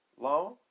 long